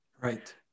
Right